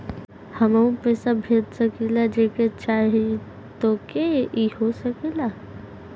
हमहू पैसा भेज सकीला जेके चाही तोके ई हो जाई?